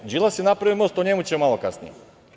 Đilas je napravio most, a o njemu ćemo malo kasnije.